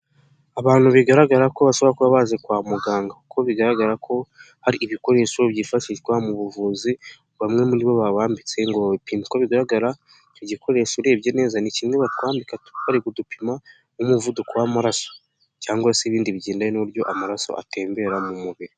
Abantu bigaragara ko bashobora kuba baje kwa muganga kuko bigaragara ko, hari ibikoresho byifashishwa mu buvuzi, bamwe muribo babambitse ngo babapime uko bigaragara, icyo gikoresho urebye neza ni kimwe batwambika bari kudupima nk'umuvuduko w'amaraso, cyangwa se ibindi bigendanye n'uburyo amaraso atembera mu mubiri.